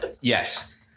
Yes